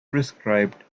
prescribed